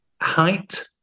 height